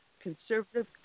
conservative